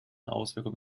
außenwirkung